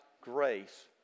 grace